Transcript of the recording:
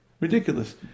ridiculous